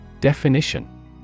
Definition